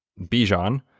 Bijan